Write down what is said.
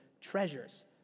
treasures